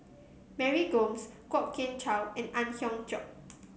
Mary Gomes Kwok Kian Chow and Ang Hiong Chiok